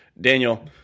Daniel